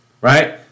right